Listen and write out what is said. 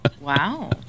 Wow